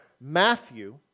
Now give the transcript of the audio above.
Matthew